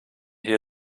hier